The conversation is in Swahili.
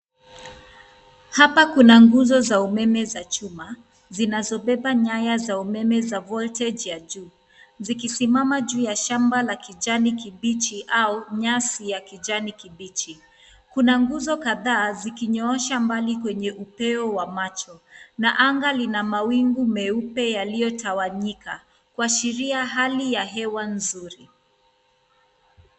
Hapa kuna nguzo za umeme za chuma zinazobeba nyaya za umeme za voltage ya juu zikisimama juu ya shamba la kijani kibichi au nyasi ya kijani kibichi. Kuna nguzo kadhaa zikinyoosha mbali kwenye upeo wa macho na anga lina mawingu meupe yaliyotawanyika kuashiria hali ya hewa nzuri.